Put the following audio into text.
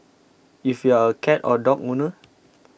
if you are a cat or dog owner